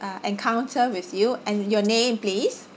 uh encounter with you and your name please